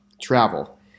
travel